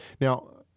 now